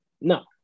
No